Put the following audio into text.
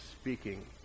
speaking